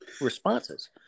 responses